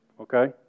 okay